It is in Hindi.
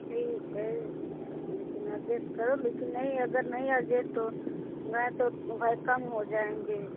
ठीक है लेकिन अडजेस्ट करो लेकिन नहीं अगर नहीं अड़जेस्ट हो मैं तो कम हो जाएँगे